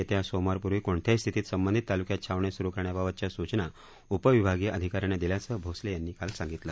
येत्या सोमवार पूर्वी कोणत्याही स्थितीत संबधीत तालुक्यात छावण्या सुरू करण्याबाबतच्या सुचना उपविभागीय अधिका यांना दिल्याचं भोसले यांनी सांगितलं